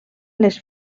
les